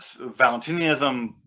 Valentinianism